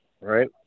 right